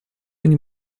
они